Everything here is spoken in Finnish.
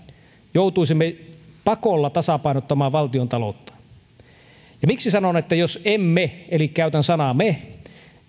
joutuisimme pakolla tasapainottamaan valtiontaloutta miksi sanon jos emme eli käytän sanaa me